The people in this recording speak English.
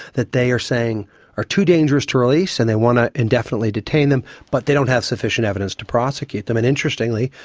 that they are saying are too dangerous to release and they want to indefinitely detain them, but they don't have sufficient evidence to prosecute them. and interestingly,